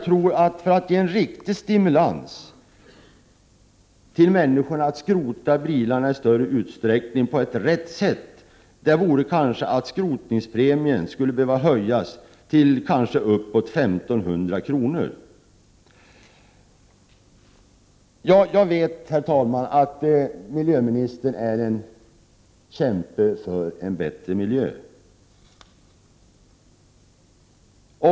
För att ge människor en riktig stimulans att skrota sina bilar på rätt sätt skulle skrotningspremien kanske behöva höjas till uppåt 1 500 kr.